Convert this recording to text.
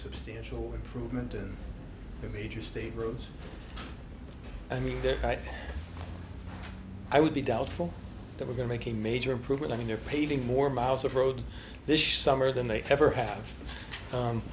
substantial improvement in the major state roads i mean i would be doubtful that we're going to make a major improvement i mean they're paving more miles of road this summer than they ever have